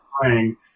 playing